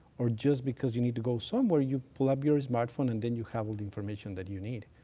or just because you need to go somewhere, you grab your smart phone and then you have all the information that you need.